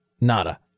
nada